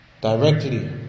Directly